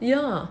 yeah